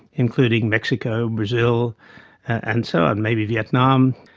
including mexico, brazil and so on, maybe vietnam.